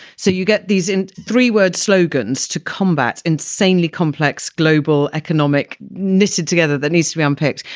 so you get these and three word slogans to combat insanely complex global economic knitted together that needs to be unpacked.